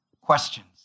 Questions